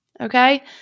okay